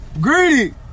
Greedy